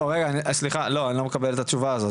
לא, רגע סליחה, לא אני לא מקבל את התשובה הזאת.